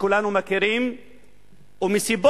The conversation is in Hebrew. שכולנו מכירים ומסיבות